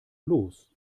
los